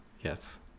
Yes